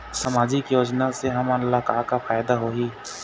सामाजिक योजना से हमन ला का का फायदा होही?